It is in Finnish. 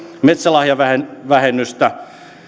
metsälahjavähennystä